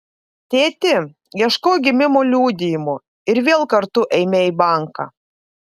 tėti ieškok gimimo liudijimo ir vėl kartu eime į banką